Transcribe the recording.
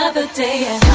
ah bodega